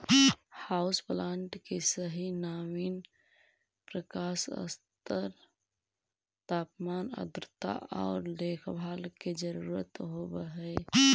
house plant के सही नवीन प्रकाश स्तर तापमान आर्द्रता आउ देखभाल के जरूरत होब हई